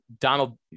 Donald